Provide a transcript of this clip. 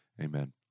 Amen